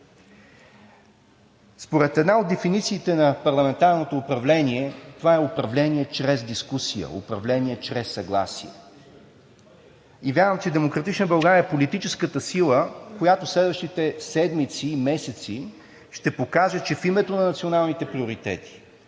Според една от дефинициите на парламентарното управление това е управление чрез дискусия, управление чрез съгласие. И вярвам, че „Демократична България“ е политическата сила, която през следващите седмици и месеци ще покаже, че в името на националните приоритети